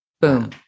Boom